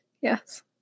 yes